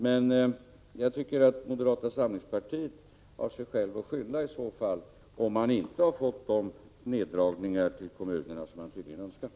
Men jag tycker att moderata samlingspartiet har sig självt att skylla om man inte har fått igenom de neddragningar beträffande kommunerna som man tydligen önskar.